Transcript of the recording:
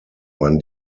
man